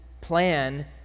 plan